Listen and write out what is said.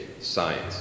science